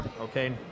Okay